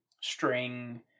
string